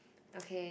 okay